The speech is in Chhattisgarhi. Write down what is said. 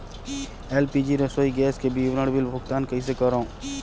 एल.पी.जी रसोई गैस के विवरण बिल भुगतान कइसे करों?